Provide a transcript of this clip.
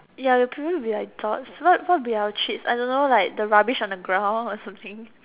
ya it will probably be like dogs what what would be our treats I don't know like the rubbish on the ground or something